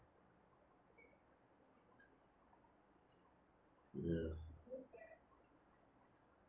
ya